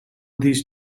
these